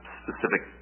specific